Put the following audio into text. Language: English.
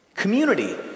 Community